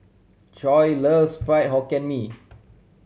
Coy loves Fried Hokkien Mee